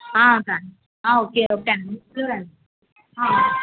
సరే ఆ okay okay అండి షోర్ అండి